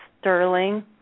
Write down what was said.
Sterling